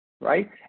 Right